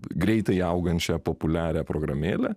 greitai augančią populiarią programėlę